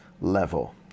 level